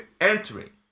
entering